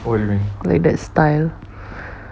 like that style